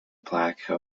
plaque